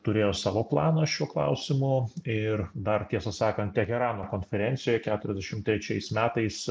turėjo savo planą šiuo klausimu ir dar tiesą sakant teherano konferencijoj keturiasdešim trečiais metais